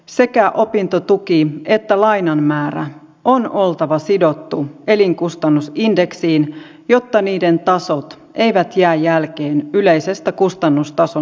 sekä opintotuen että lainan määrän on oltava sidottu elinkustannusindeksiin jotta niiden tasot eivät jää jälkeen yleisestä kustannustason noususta